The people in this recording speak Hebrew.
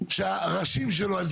שהראשים שלו,